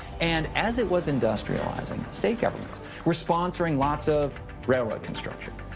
and as it was industrializing, state governments were sponsoring lots of railroad construction.